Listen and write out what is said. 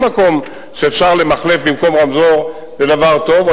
כל מקום שאפשר למחלף במקום רמזור זה דבר טוב,